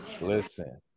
listen